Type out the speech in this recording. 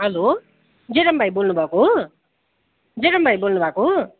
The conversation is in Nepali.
हेलो जेरम भाइ बोल्नु भएको हो जेरम भाइ बोल्नु भएको हो